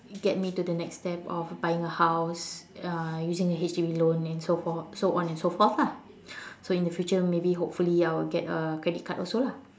get me to the next step of buying a house uh using a H_D_B loan and so forth and so on and so forth lah so in the future hopefully maybe I will get a credit card also lah